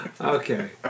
Okay